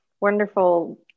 Wonderful